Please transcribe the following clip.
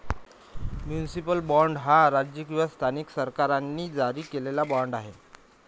municipal bond हा राज्य किंवा स्थानिक सरकारांनी जारी केलेला बाँड आहे